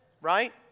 Right